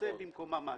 עושה במקומה משהו.